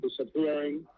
disappearing